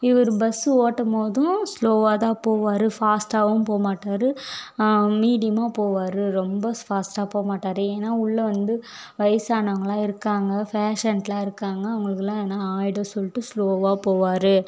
இவர் பஸ் ஓட்டும் போதும் ஸ்லோவாகதான் போவார் ஃபாஸ்டாகவும் போகமாட்டாரு மீடியமாக போவார் ரொம்ப ஃபாஸ்டாக போகமாட்டாரு ஏன்னா உள்ள வந்து வயசானவங்கலாம் இருக்காங்க ஃபேஷண்ட்லாம் இருக்காங்க அவங்களுக்குலாம் எதுனா ஆகிடும் சொல்லிட்டு ஸ்லோவாக போவார்